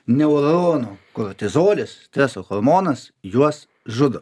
neuronų kortizolis streso hormonas juos žudo